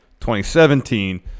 2017